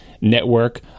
network